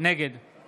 נגד